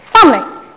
Family